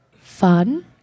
Fun